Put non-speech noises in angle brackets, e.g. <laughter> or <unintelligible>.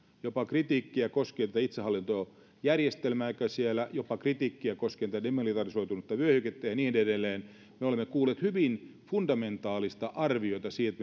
jopa kritiikkiä koskien tätä itsehallintojärjestelmää siellä jopa kritiikkiä koskien tätä demilitarisoitua vyöhykettä ja niin edelleen me olemme kuulleet hyvin fundamentaalista arviota siitä <unintelligible>